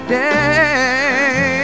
day